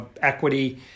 equity